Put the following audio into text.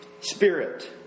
spirit